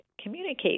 communicate